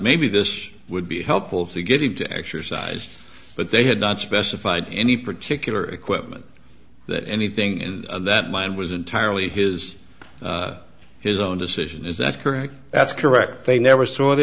maybe this would be helpful to get him to exercise but they had not specified any particular equipment that anything in that mine was entirely his his own decision is that correct that's correct they never saw the